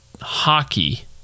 hockey –